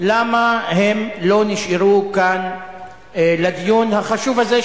למה הם לא נשארו כאן לדיון החשוב הזה,